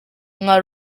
nka